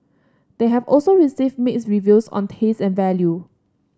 they have also received mixed reviews on taste and value